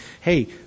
hey